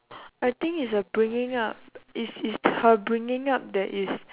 I think it's her bringing up it's it's her bringing up that is